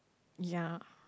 ya